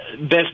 Best